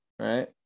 right